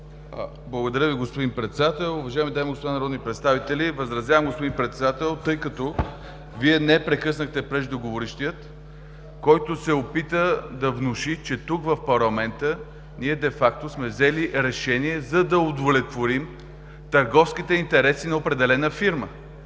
Благодаря Ви, господин Председател. Уважаеми дами и господа народни представители! Възразявам, господин Председател, тъй като Вие не прекъснахте преждеговорившия, който се опита да внуши, че тук, в парламента, ние де факто сме взели решение, за да удовлетворим търговските интереси на определена фирма.